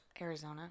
arizona